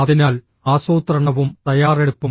അതിനാൽ ആസൂത്രണവും തയ്യാറെടുപ്പും